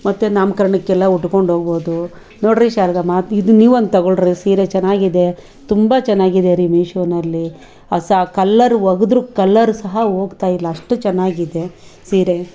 ಮತ್ತೆ ನಾಮಕರ್ಣಕ್ಕೆಲ್ಲ ಉಟ್ಕೊಂಡೋಗ್ಬೋದು ನೋಡ್ರಿ ಶಾರದಮ್ಮ ಇದು ನೀವೊಂದು ತೊಗೊಳ್ರಿ ಸೀರೆ ಚೆನ್ನಾಗಿದೆ ತುಂಬ ಚೆನ್ನಾಗಿದೆ ರೀ ಮಿಶೋದಲ್ಲಿ ಸ ಕಲರು ಒಗೆದ್ರು ಕಲರು ಸಹ ಹೋಗ್ತಾಯಿಲ್ಲ ಅಷ್ಟು ಚೆನ್ನಾಗಿದೆ ಸೀರೆ